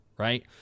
Right